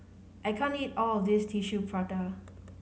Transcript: I can't eat all of this Tissue Prata